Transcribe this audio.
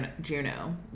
Juno